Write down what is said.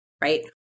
Right